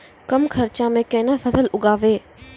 कम खर्चा म केना फसल उगैबै?